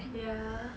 ya